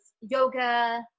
yoga